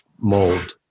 mold